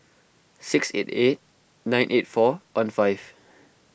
six eight eight nine eight four one five